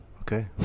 Okay